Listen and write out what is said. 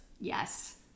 Yes